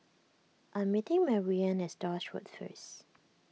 I'm meeting Mariann at Stores Road first